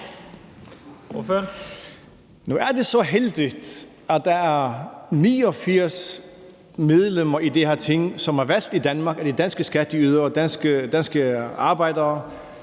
Nu er det så heldigt, at der er 89 medlemmer i det her Ting, som er valgt i Danmark af de danske skatteydere, de danske arbejdere,